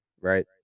right